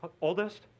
oldest